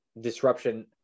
disruption